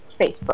Facebook